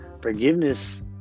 Forgiveness